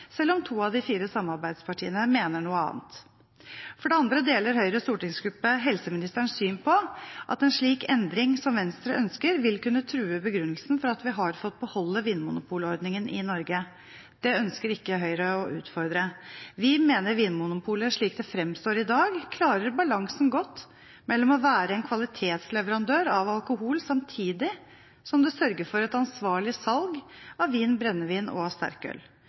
selv om to av de fire samarbeidspartiene mener noe annet. For det andre deler Høyres stortingsgruppe helseministerens syn på at en slik endring som Venstre ønsker, vil kunne true begrunnelsen for at vi har fått beholde vinmonopolordningen i Norge. Det ønsker ikke Høyre å utfordre. Vi mener Vinmonopolet, slik det fremstår i dag, klarer balansen godt mellom å være en kvalitetsleverandør av alkohol samtidig som det sørger for ansvarlig salg av vin, brennevin og sterkøl.